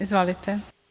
Izvolite.